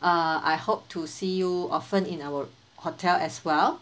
err I hope to see you often in our hotel as well